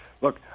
look